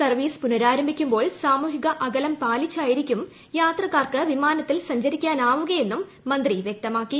service പുനരാരംഭിക്കുമ്പോൾ സാമൂഹിക അകലം പാലിച്ചായിരിക്കും യാത്രക്കാർക്ക് വിമാനത്തിൽ സഞ്ചരിക്കാനാവുകയെന്നും മന്ത്രി വൃക്തമാക്കി